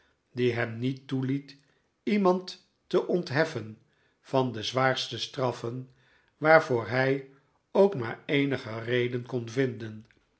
die hem niet toeliet iemand te ontheffen van de zwaarste straff en waarvoor hij ook maar eenige reden kon vinden